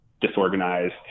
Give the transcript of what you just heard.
disorganized